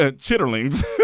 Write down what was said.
Chitterlings